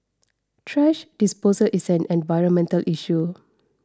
thrash disposal is an environmental issue